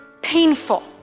painful